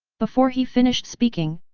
before he finished speaking,